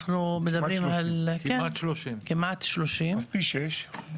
אנחנו מדברים על כמעט 30. אז פי שש.